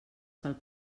pel